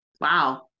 wow